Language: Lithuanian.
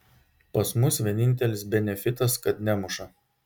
pas mus vienintelis benefitas kad nemuša